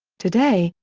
today,